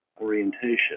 orientation